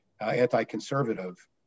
anti-conservative